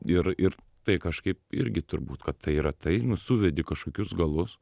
ir ir tai kažkaip irgi turbūt kad tai yra tai nu suvedi kažkokius galus